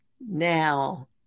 Now